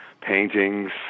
paintings